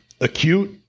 acute